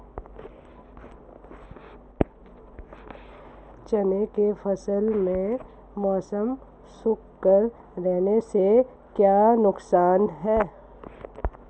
चने की फसल में मौसम शुष्क रहने से क्या नुकसान है?